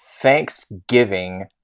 Thanksgiving